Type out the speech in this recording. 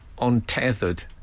untethered